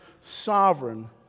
sovereign